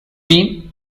been